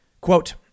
Quote